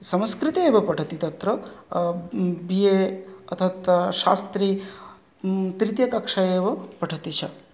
संस्कृते एव पठति तत्र बी ए तत् शास्त्री तृतिय कक्षा एव पठति सः